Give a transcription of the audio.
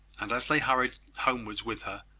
and as they hurried homewards with her,